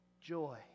joy